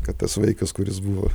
kad tas vaikas kuris buvo